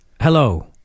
Hello